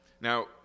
Now